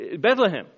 Bethlehem